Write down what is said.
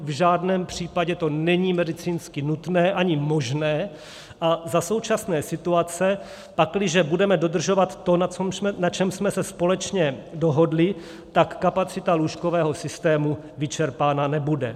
V žádném případě to není medicínsky nutné ani možné a za současné situace, pakliže budeme dodržovat to, na čem jsme se společně dohodli, tak kapacita lůžkového systému vyčerpána nebude.